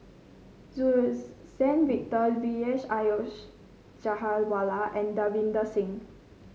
Suzann Victor Vijesh Ashok Ghariwala and Davinder Singh